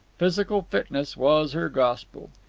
physical fitness was her gospel.